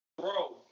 Bro